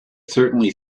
certainly